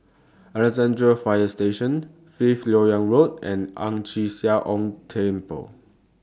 Alexandra Fire Station Fifth Lok Yang Road and Ang Chee Sia Ong Temple